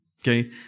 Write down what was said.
okay